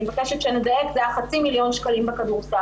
אני מבקשת שנדייק, זה החצי מיליון בכדורסל.